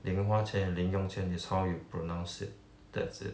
零花钱 and 零用钱 is how you pronounce it that's it